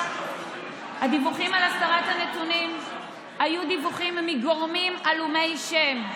הדיווחים על הסתרת הנתונים היו דיווחים מגורמים עלומי שם.